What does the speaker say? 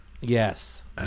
Yes